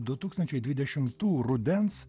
du tūkstančiai dvidešimtų rudens